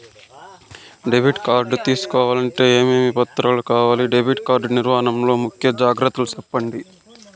Debit card తీసుకోవాలంటే ఏమేమి పత్రాలు కావాలి? డెబిట్ కార్డు నిర్వహణ లో ముఖ్య జాగ్రత్తలు సెప్పండి?